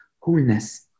wholeness